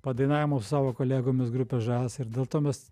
padainavimų su savo kolegomis grupė žas ir dėl to mes